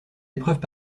épreuves